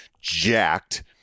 jacked